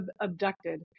abducted